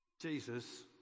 Jesus